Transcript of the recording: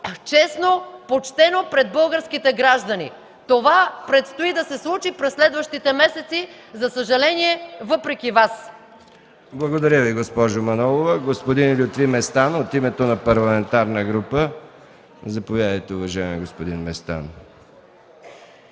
честно, почтено пред българските граждани. Това предстои да се случи през следващите месеци, за съжаление, въпреки Вас. ПРЕДСЕДАТЕЛ МИХАИЛ МИКОВ: Благодаря Ви, госпожо Манолова. Господин Лютви Местан – от името на парламентарна група. Заповядайте, уважаеми господин Местан.